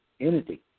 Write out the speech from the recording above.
entity